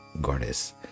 goddess